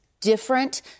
different